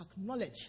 acknowledge